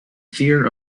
fear